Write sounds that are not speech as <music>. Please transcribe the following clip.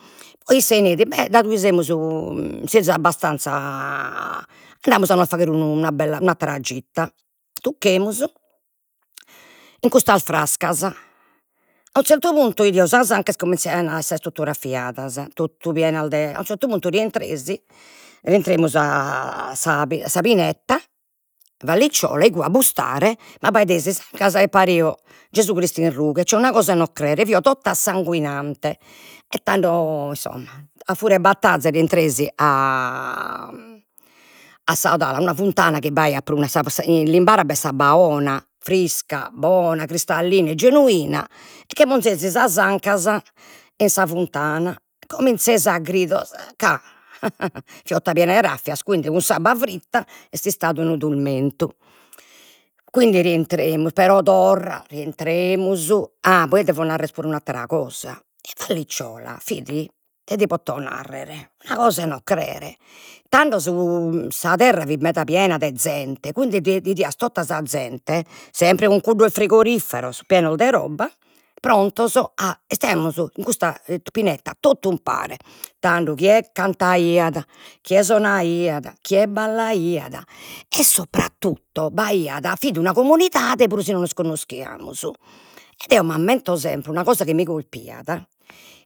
Poi isse neit, bè daghi semus <hesitation> abbastanzia <hesitation> andamus a nos faghere una bella, un'attera gita, tucchemus, in custas frascas, a unu zertu puntu 'idio sas ancas cominzaian a essere totu raffiadas, totu piena de <hesitation> a unu zertu puntu rientresi, rientremus a <hesitation> a sa a sa pineta Vallicciola igue a bustare, m'abbaidesi sas ancas e pario Gesù Cristu in rughe, cioè una cosa 'e non crere, fio tota sanguinante, e tando <hesitation> insomma, a furia 'e battaza rientresi a <hesitation> a sa 'odale una funtana chi b'aiat <unintelligible> in Limbara, b'est s'abba 'ona, frisca bona, cristallina e genuina e che ponzesi sas ancas in sa funtana, cominzesi a gridos, ca <laughs> fio tota piena 'e raffias quindi cun s'abba fritta est istadu unu turmentu, quindi rientremus, però torra rientremus, ah poi devo narrer puru un'attera cosa, in Vallicciola fit, ite ti poto narrer, una cosa 'e non crere, tando sa terra fit meda piena de zente, quindi fit 'idias tota sa zente, sempre cun cuddos frigoriferos, pienos de roba, prontos a, istaimus in custa pineta tot'umpare, tando chie cantaiat, chie sonaiat, chie ballaiat, e sopratutto b'aiat, fit una comunidade puru si non los connoschiamus, ed eo m'ammento sempre una cosa chi mi colpiat